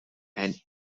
and